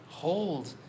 hold